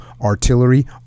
artillery